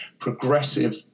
progressive